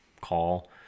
call